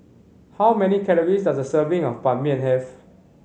how many calories does a serving of Ban Mian have